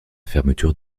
fermeture